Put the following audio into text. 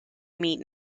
meat